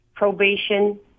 probation